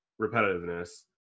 repetitiveness